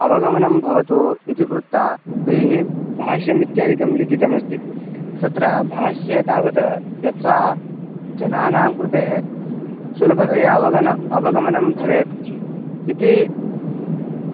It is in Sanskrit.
अवगमनं भवतु इति कृत्वा तैः भाष्यम् इत्यादिकं लिखितमस्ति तत्र भाष्ये तावत् यथा जनानां कृते सुलभतया अवगमनम् अवगमनं भवेत् इति